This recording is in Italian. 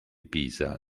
pisa